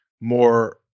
more